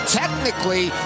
technically